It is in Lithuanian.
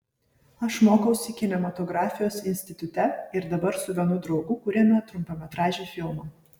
aš mokausi kinematografijos institute ir dabar su vienu draugu kuriame trumpametražį filmą